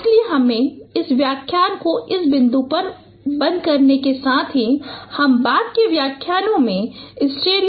इसलिए हमें इस व्याख्यान को इस बिंदु पर बंद करने के साथ ही हम बाद के व्याख्यानों में स्टीरियो ज्यामिति पर अपनी चर्चा जारी रखेंगे